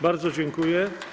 Bardzo dziękuję.